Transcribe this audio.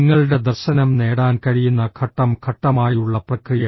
നിങ്ങളുടെ ദർശനം നേടാൻ കഴിയുന്ന ഘട്ടം ഘട്ടമായുള്ള പ്രക്രിയ